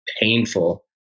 painful